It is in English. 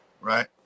right